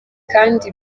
kandi